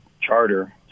charter